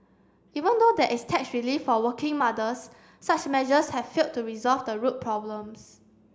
even though there is tax relief for working mothers such measures have failed to resolve the root problems